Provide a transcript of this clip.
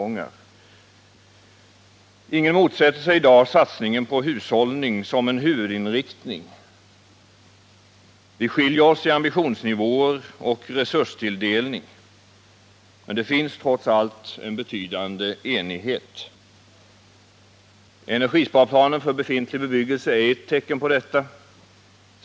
Ingen motsätter sig i dag satsningen på hushållning som en huvudinriktning. Vi skiljer oss åt i ambitionsnivå och resurstilldelning, men det finns trots allt en betydande enighet. Energisparplanen för befintlig bebyggelse är ett tecken på detta.